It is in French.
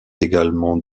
également